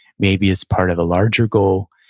maybe as part of a larger goal.